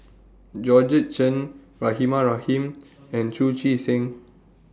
Georgette Chen Rahimah Rahim and Chu Chee Seng